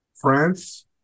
France